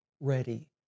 ready